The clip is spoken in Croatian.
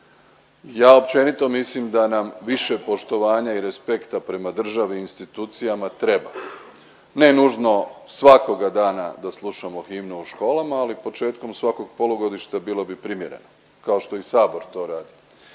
Ja općenito mislim da nam više poštovanja i respekta prema državi i institucijama treba, ne nužno svakoga dana da slušamo himnu u školama, ali početkom svakog polugodišta bilo bi primjereno, kao što i Sabor to radi